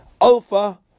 Alpha